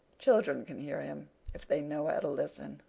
children can hear him if they know how to listen